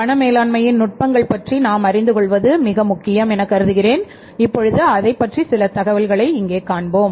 பணம் மேலாண்மையின் நுட்பங்கள் பற்றி நாம் அறிந்து கொள்வது மிக முக்கியம் எனக் கருதுகிறேன் இப்பொழுது அதை பற்றி சில தகவல்களை காண்போம்